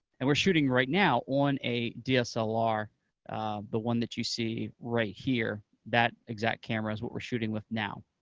and we're shooting right now on a dslr, the one that you see right here. that exact camera is what we're shooting with now.